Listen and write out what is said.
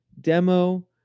demo